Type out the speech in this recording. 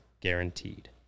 guaranteed